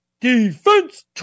defense